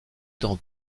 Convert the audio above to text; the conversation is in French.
dans